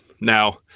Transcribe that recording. now